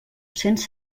cents